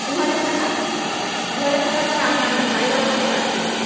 দু হাজার টাকা দু হাজার টাকা তাহলে আমি আপনার ড্রাইভারের হাতে পাঠিয়ে দেবো